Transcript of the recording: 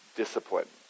discipline